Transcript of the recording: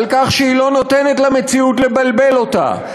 על כך שהיא לא נותנת למציאות לבלבל אותה,